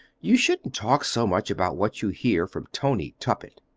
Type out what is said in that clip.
you shouldn't talk so much about what you hear from tony tuppett.